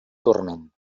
turment